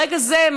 ברגע זה,